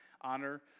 honor